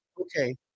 Okay